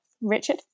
Richard